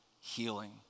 healing